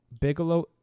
Bigelow